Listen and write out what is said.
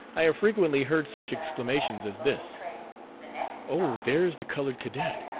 i have frequently heard such exclamations as this oh! there's the colored cadet!